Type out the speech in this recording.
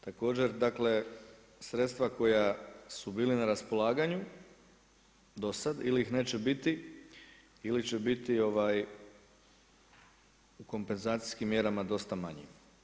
Također dakle sredstva koja su bila na raspolaganju do sada ili ih neće biti ili će biti u kompenzacijskim mjerama dosta manji.